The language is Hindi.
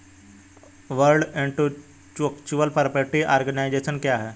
वर्ल्ड इंटेलेक्चुअल प्रॉपर्टी आर्गनाइजेशन क्या है?